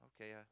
okay